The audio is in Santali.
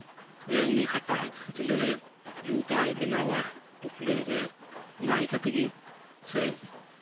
ᱞᱟᱹᱭᱟ ᱩᱱᱤ ᱦᱟᱴᱟᱜ ᱠᱷᱟᱹᱪᱞᱟᱹᱜᱼᱮ ᱡᱩᱛ ᱟᱭ ᱵᱮᱱᱟᱣ ᱟᱭ ᱴᱩᱯᱞᱟᱹᱜ ᱨᱮ ᱚᱱᱟ ᱟᱭᱠᱷᱟᱹ ᱛᱮᱜᱮ ᱥᱮ